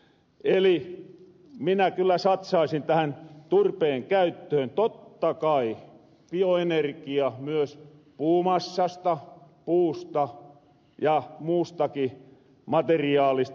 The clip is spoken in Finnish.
eli minä kyllä satsaisin tähän turpeen käyttöön totta kai bioenerkiaan myös puumassasta puusta ja muustakin materiaalista